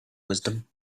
wisdom